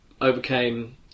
overcame